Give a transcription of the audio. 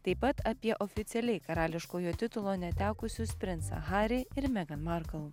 taip pat apie oficialiai karališkojo titulo netekusius princą harį ir megan markl